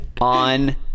...on